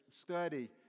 study